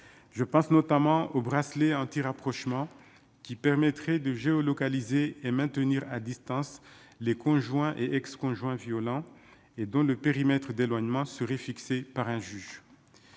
je pense notamment au bracelet antirapprochement qui permettrait de géolocaliser et maintenir à distance les conjoints et ex-conjoints violents et dont le périmètre d'éloignement serait fixée par un juge,